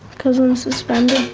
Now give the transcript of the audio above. cause i'm suspended.